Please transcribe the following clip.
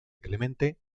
clemente